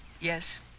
Yes